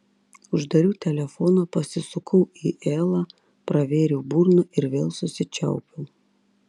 uždariau telefoną pasisukau į elą pravėriau burną ir vėl susičiaupiau